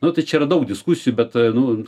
nu tai čia yra daug diskusijų bet nu